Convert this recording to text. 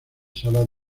salas